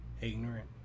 ignorant